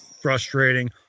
frustrating